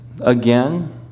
again